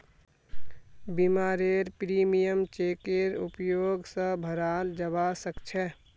बीमारेर प्रीमियम चेकेर उपयोग स भराल जबा सक छे